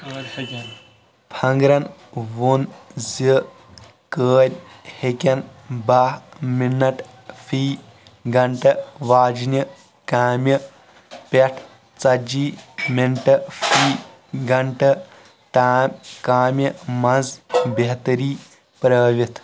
فنگرَن وون زِ قٲدۍ ہٮ۪کَن باہ مِنٹ فی گنٹہٕ واجِنہِ كامہِ پیٹھ ژَتجی مِنٹ فی گنٹہٕ تام كامہِ منز بہتری پرٲوِتھ